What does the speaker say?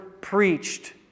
preached